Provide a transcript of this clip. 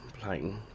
playing